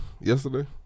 yesterday